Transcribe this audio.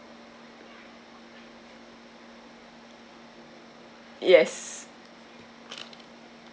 yes